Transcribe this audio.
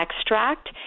extract